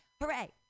Hooray